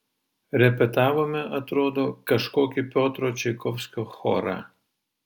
repetavome atrodo kažkokį piotro čaikovskio chorą